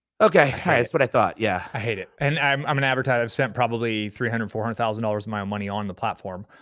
okay, that's what i thought, yeah. i hate it, and i'm i'm an advertiser. i've spent probably three hundred, four hundred thousand dollars of my own money on the platform,